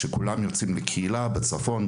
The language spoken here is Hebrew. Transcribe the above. וכולם יוצאים לקהילה בצפון,